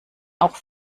auch